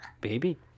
baby